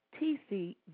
TC